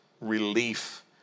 relief